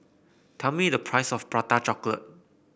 tell me the price of Prata Chocolate